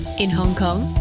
in hong kong,